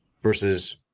versus